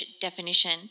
definition